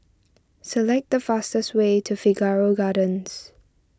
select the fastest way to Figaro Gardens